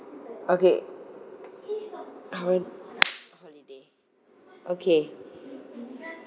okay uh one holiday okay